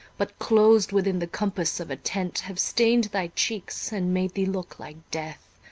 but, clos'd within the compass of a tent, have stain'd thy cheeks, and made thee look like death,